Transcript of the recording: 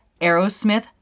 Aerosmith